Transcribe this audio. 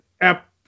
app